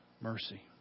mercy